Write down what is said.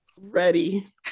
ready